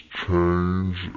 change